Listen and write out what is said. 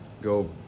Go